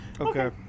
Okay